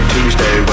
Tuesday